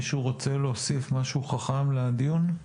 מישהו רוצה להוסיף משהו חכם לדיון?